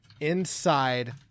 inside